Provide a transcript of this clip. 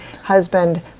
husband